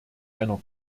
einer